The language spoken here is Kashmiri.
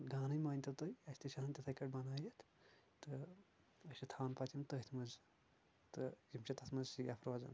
گانٕے مٲنۍ تو تُہۍ اسہِ تہِ چھُ آسان تِتھے کٲنٛٹھۍ بنٲیتھ تہٕ أسۍ چھِ تھاوان پتہٕ یِم تٔتھۍ منٛز تہٕ یِم چھِ تتھ منٛز سیف روزان